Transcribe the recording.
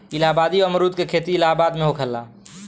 इलाहाबादी अमरुद के खेती इलाहाबाद में होखेला